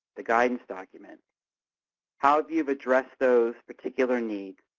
the guidance document how you've addressed those particular needs,